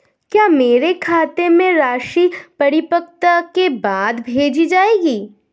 क्या मेरे खाते में राशि परिपक्वता के बाद भेजी जाएगी?